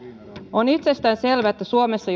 on itsestään selvää että suomessa